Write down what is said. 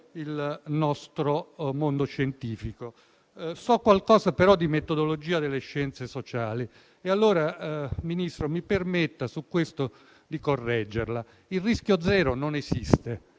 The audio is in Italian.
il nostro mondo scientifico. So qualcosa però di metodologia delle scienze sociali e allora, signor Ministro, mi permetta di correggerla su questo: il rischio zero non esiste.